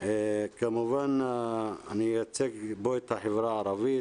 כמובן אני אייצג פה את החברה הערבית,